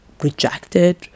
rejected